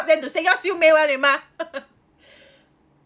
them to say 要修美碗脸吗